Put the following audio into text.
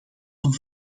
een